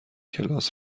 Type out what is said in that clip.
کلاس